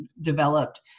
developed